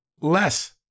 less